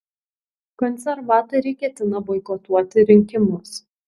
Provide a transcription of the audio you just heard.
konservatoriai ketina boikotuoti rinkimus